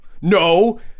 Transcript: no